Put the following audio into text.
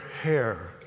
hair